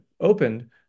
opened